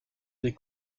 des